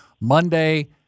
Monday